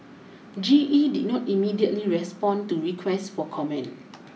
G E did not immediately respond to requests for comment